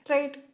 Right